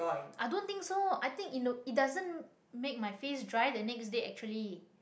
I don't think so I think you know it doesn't make my face dry the next day actually